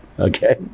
Okay